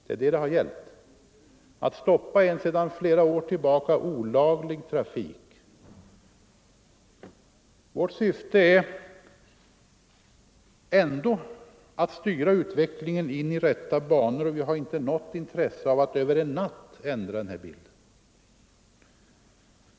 Det är det som det har gällt. Vårt syfte är att styra utvecklingen in i rätta banor, och vi har inte något intresse av att över en natt ändra denna bild.